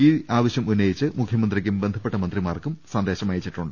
ഈ ആവശ്യം ഉന്നയിച്ച് മുഖ്യമന്ത്രിക്കും ബന്ധപ്പെട്ട മന്ത്രിമാർക്കും സന്ദേശം അയച്ചു